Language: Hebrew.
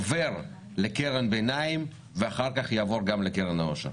עובר לקרן ביניים ואחר כך יעבור גם לקרן העושר.